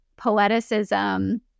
poeticism